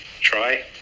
try